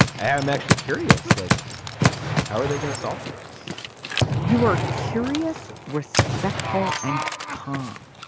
i'm actually curious like how are they going to solve this you were curious respectful and calm.